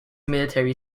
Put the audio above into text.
military